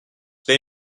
they